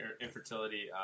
infertility